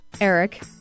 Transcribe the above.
Eric